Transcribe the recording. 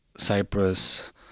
Cyprus